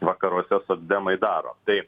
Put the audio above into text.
vakaruose socdemai daro tai